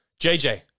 JJ